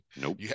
nope